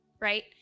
right